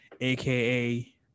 aka